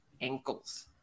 ankles